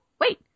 wait